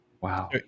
Wow